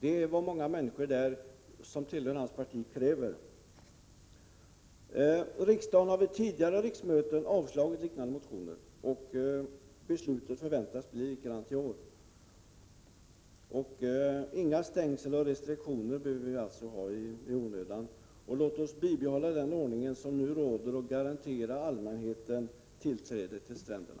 Ett sådant byggande är vad människor där, som tillhör hans parti, kräver. Riksdagen har vid tidigare riksmöten avslagit liknande motioner. Beslutet förväntas bli likadant i år. Vi behöver således inte ha några onödiga stängsel eller restriktioner. Låt oss bibehålla den ordning som nu råder och som garanterar allmänheten tillträde till stränderna.